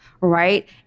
right